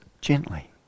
gently